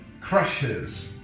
crushes